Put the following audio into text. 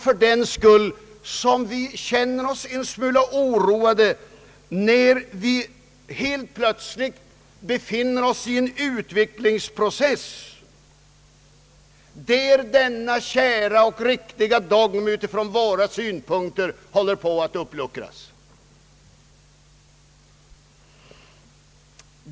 Fördenskull känner vi oss en smula oroade när vi helt plötsligt befinner oss i en utvecklingsprocess, där denna kära och utifrån våra synpunkter riktiga dogm håller på att uppluckras.